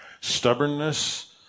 stubbornness